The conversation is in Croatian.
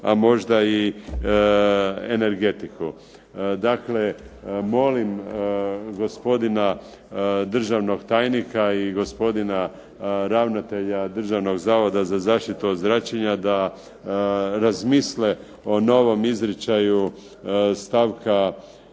a možda i energetiku. Dakle molim gospodina državnog tajnika i gospodina ravnatelja Državnog zavoda za zaštitu od zračenja da razmisle o novom izričaju stavka